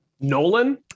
Nolan